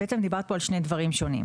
בעצם דיברת פה על שני דברים שונים: